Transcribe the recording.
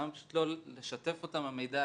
למה פשוט לא לשתף אותם במידע,